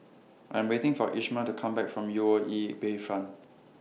I'm waiting For Ismael to Come Back from U O E Bayfront